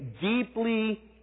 deeply